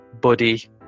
buddy